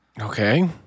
Okay